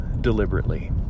deliberately